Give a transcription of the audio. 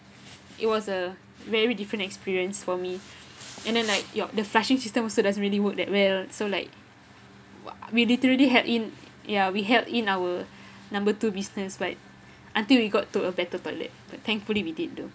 it was a very different experience for me and then like ya the flushing system also doesn't really work that well so like !wah! we literally held in ya we held in our number two business but until we got to a better toilet but thankfully we did though